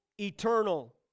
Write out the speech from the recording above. eternal